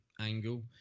angle